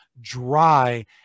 dry